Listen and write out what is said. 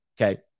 Okay